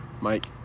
mike